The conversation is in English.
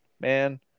man